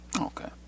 okay